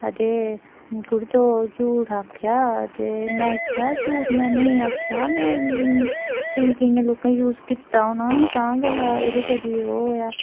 अते कुड़ी तूंं झूठ आखेआ ते में आखेआ झूठ में नेईं आखेआ में कि केइयें लोकें यूज कीता होना तां गै तां एह्दे करी ओह् ऐ